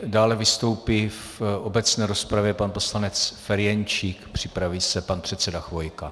Dále vystoupí v obecné rozpravě pan poslanec Ferjenčík, připraví se pan předseda Chvojka.